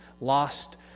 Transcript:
lost